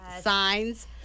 signs